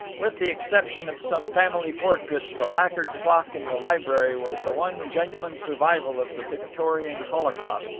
with the exception of some family portraits, the lacquered clock in the library was the one genuine survival of the victorian holocaust,